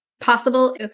possible